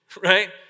Right